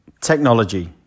Technology